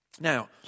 Now